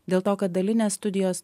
dėl to kad dalinės studijos